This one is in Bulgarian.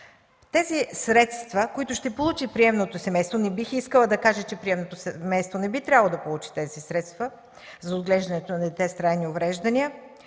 Тези средства, които ще получи приемното семейство – не бих искала да кажа, че приемното семейство не би трябвало да получи тези средства за отглеждането на дете с трайни увреждания,